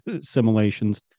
simulations